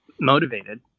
motivated